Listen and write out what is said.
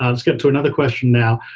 let's get to another question now.